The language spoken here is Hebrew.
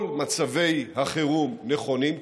כל מצבי החירום נכונים,